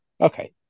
Okay